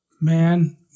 Man